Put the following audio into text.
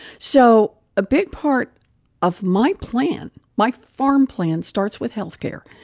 so a big part of my plan my farm plan starts with health care.